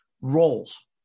roles